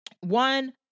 One